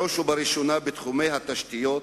בראש ובראשונה בתחומי התשתיות,